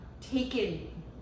taken